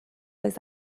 oes